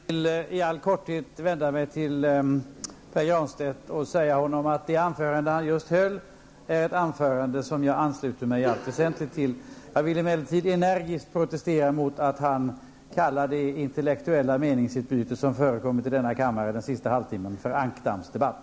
Herr talman! Jag vill i all korthet vända mig till Pär Granstedt och säga honom att jag i allt väsentligt ansluter mig till det anförande som han just hållit. Jag vill emellertid energiskt protestera mot att han kallar det intellektuella meningsutbyte som förekommit i denna kammare under den senaste halvtimmen för en ankdammsdebatt.